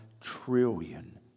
trillion